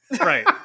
Right